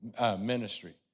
ministry